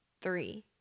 three